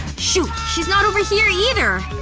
shoot. she's not over here, either.